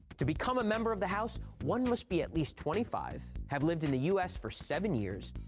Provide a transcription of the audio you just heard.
to become a member of the house, one must be at least twenty five, have lived in the us for seven years,